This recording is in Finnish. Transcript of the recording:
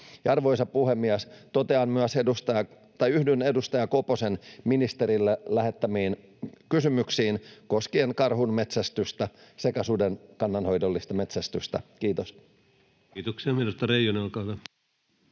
Arvoisa puhemies! Yhdyn myös edustaja Koposen ministerille lähettämiin kysymyksiin koskien karhunmetsästystä sekä suden kannanhoidollista metsästystä. — Kiitos. [Speech